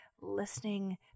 listening